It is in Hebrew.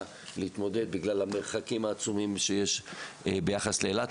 להתמודד איתו בגלל המרחקים העצומים שיש ביחס לאילת,